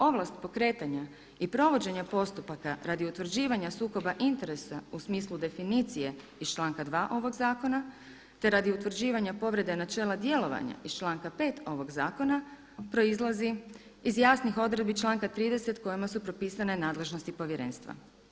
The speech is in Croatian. Ovlast pokretanja i provođenja postupaka radi utvrđivanja sukoba interesa u smislu definicije iz članka 2. ovog zakona, te utvrđivanja povrede načela djelovanja iz članka 5. ovog zakona proizlazi iz jasnih odredbi članka 30. kojima su propisane nadležnosti povjerenstva.